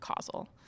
causal